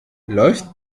läuft